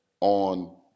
on –